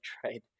tried